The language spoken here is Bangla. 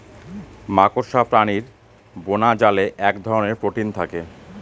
মাকড়সা প্রাণীর বোনাজালে এক ধরনের প্রোটিন থাকে